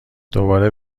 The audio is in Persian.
دوباره